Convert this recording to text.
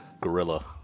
Gorilla